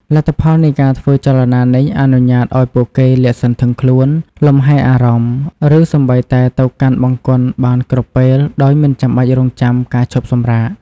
លទ្ធភាពនៃការធ្វើចលនានេះអនុញ្ញាតឱ្យពួកគេលាតសន្ធឹងខ្លួន លំហែរអារម្មណ៍ ឬសូម្បីតែទៅកាន់បង្គន់បានគ្រប់ពេល ដោយមិនចាំបាច់រង់ចាំការឈប់សម្រាក។